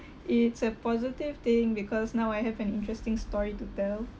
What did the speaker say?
it's a positive thing because now I have an interesting story to tell